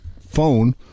phone